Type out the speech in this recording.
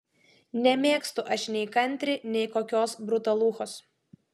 nemėgstu aš nei kantri nei kokios brutaluchos